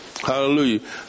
Hallelujah